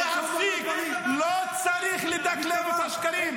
הוא רוצה להמשיך בשלטון שלו.